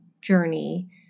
journey